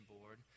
Board